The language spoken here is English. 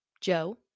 Joe